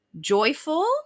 joyful